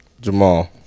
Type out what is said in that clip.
Jamal